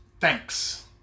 Thanks